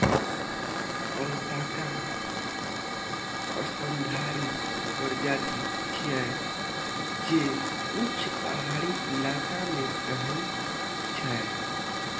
alpaca स्तनधारी प्रजाति छियै, जे ऊंच पहाड़ी इलाका मे रहै छै